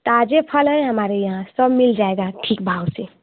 ताज़े फल है हमारे यहाँ सब मिल जाएगा ठीक भाव से